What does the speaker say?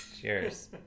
cheers